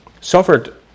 suffered